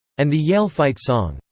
and the yale fight song,